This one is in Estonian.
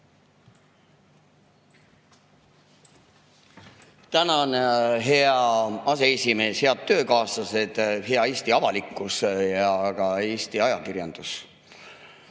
Tänan, hea aseesimees! Head töökaaslased! Hea Eesti avalikkus ja ka Eesti ajakirjandus!